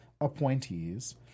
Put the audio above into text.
appointees